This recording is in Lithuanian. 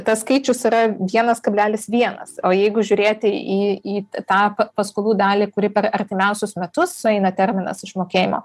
tas skaičius yra vienas kablelis vienas o jeigu žiūrėti į į tą paskolų dalį kuri per artimiausius metus sueina terminas išmokėjimo